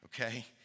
Okay